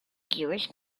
jewish